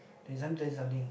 he's only twenty something